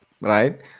right